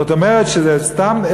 זאת אומרת שזה סתם.